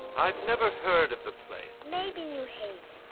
i've never heard of the place. maybe new haven.